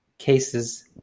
Cases